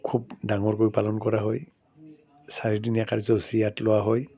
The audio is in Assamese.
খুব ডাঙৰকৈ পালন কৰা হয় চাৰিদিনীয়া কাৰ্যসূচী ইয়াত লোৱা হয়